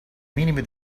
minimi